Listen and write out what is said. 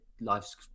life's